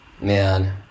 Man